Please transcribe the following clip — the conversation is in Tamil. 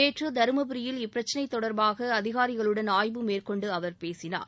நேற்று தருமபுரியில் இப்பிரச்னை தொடர்பாக அதிகாரிகளுடன் ஆய்வு மேற்கொண்டு அவர் பேசினார்